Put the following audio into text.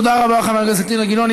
תודה רבה לחבר הכנסת אילן גילאון.